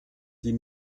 die